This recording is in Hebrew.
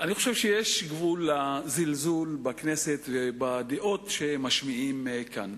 אני חושב שיש גבול לזלזול בכנסת ובדעות שמשמיעים כאן.